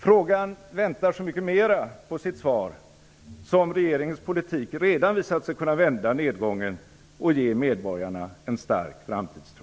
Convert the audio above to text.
Frågan väntar så mycket mera på sitt svar som regeringens politik redan visat sig kunna vända nedgången och ge medborgarna en stark framtidstro.